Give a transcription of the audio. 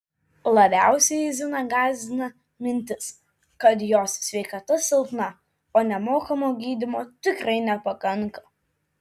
labiausiai ziną gąsdina mintis kad jos sveikata silpna o nemokamo gydymo tikrai nepakanka